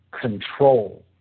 control